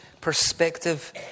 perspective